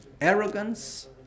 arrogance